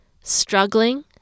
struggling